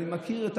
לא צריך להוכיח לו.